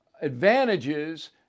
advantages